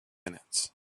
minutes